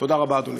תודה רבה, אדוני.